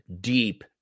deep